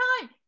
time